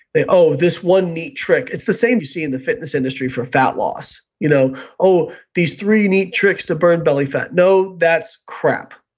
oh, this one neat trick. it's the same you see in the fitness industry for fat loss. you know oh, these three neat tricks to burn belly fat. no, that's crap.